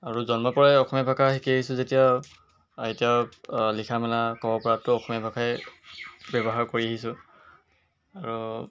আৰু জন্ম পৰাই অসমীয়া ভাষা শিকি আহিছো যেতিয়া এতিয়া লিখা মেলা ক'ব পৰাতো অসমীয়া ভাষাই ব্যৱহাৰ কৰি আহিছোঁ আৰু